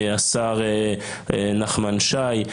השר נחמן שי.